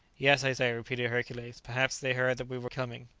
yes, i say, repeated hercules, perhaps they heard that we were coming.